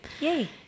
Yay